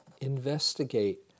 investigate